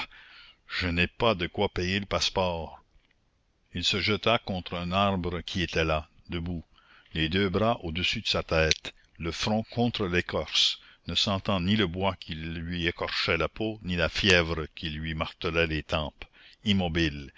je n'ai pas de quoi payer le passeport il se jeta contre un arbre qui était là debout les deux bras au-dessus de sa tête le front contre l'écorce ne sentant ni le bois qui lui écorchait la peau ni la fièvre qui lui martelait les tempes immobile